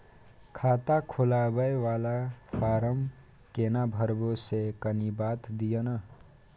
खाता खोलैबय वाला फारम केना भरबै से कनी बात दिय न?